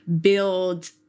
build